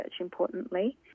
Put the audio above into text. importantly